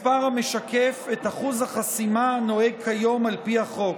מספר המשקף את אחוז החסימה הנוהג כיום על פי החוק,